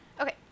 Okay